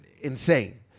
insane